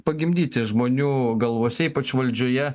pagimdyti žmonių galvose ypač valdžioje